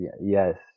yes